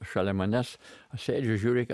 šalia manęs aš sėdžiu žiūrėk